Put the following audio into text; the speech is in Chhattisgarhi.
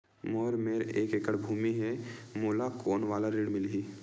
मोर मेर एक एकड़ भुमि हे मोला कोन वाला ऋण मिलही?